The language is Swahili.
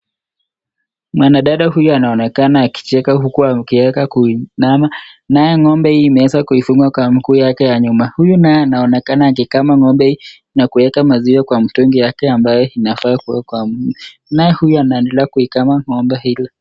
Mwanadada huyu anaonekana akicheka huku akiweka kuinama. Naye ng'ombe hii imeanza kuifunga kwa mguu yake ya nyuma. Huyu naye anaonekana akikama ng'ombe hii na kuweka maziwa kwa mtungi yake ambayo inafaa kuwekwa mna. Naye huyu anaendelea kuikama ng'ombe hili.